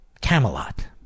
Camelot